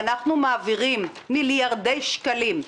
ואנחנו מעבירים מיליארדי שקלים,